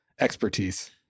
expertise